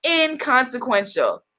inconsequential